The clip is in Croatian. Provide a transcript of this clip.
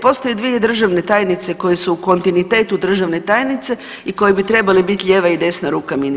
Postoje dvije državne tajnice koje su u kontinuitetu državne tajnice i koje bi trebale bit lijeva i desna ruka ministru.